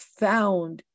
found